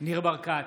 ניר ברקת,